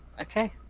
Okay